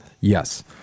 Yes